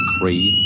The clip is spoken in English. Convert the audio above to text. Three